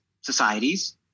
societies